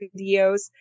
videos